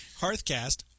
Hearthcast